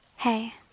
Hey